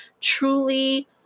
truly